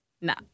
No